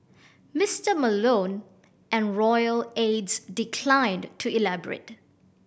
Mister Malone and royal aides declined to elaborate